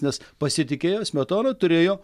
nes pasitikėjo smetona turėjo